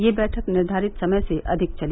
यह बैठक निर्धारित समय से अधिक चली